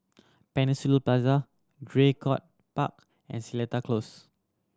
Peninsula Plaza Draycott Park and Seletar Close